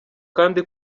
kandi